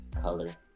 color